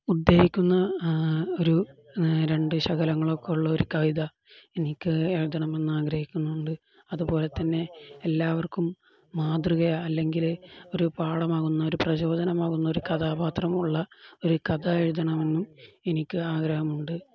ഉദ്ധരിക്കുന്ന ഒരു രണ്ടു ശകലങ്ങളൊക്കെ ഉള്ള ഒരു കവിത എനിക്ക് എഴുതണമെന്ന് ആഗ്രഹിക്കുന്നുണ്ട് അതുപോലെ തന്നെ എല്ലാവർക്കും മാതൃക അല്ലെങ്കില് ഒരു പാഠമാകുന്ന ഒരു പ്രചോദനമാകുന്ന ഒരു കഥാപാത്രമുള്ള ഒരു കഥ എഴുതണമെന്നും എനിക്ക് ആഗ്രഹമുണ്ട്